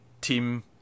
team